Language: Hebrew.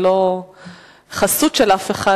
ללא חסות של אף אחד,